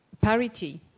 parity